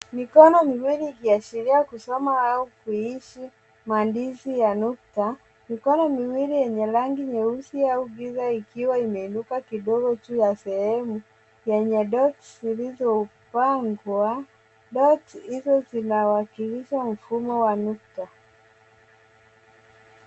Mikono miwili ikiashiria kusoma au kuhisi maandishi ya nukta. Mikono miwili yenye rangi nyeusi au giza ikiwa imeinuka kidogo juu ya sehemu yenye dots zilizopangwa. Dots hizo zinawakilisha mfumo wa nukta.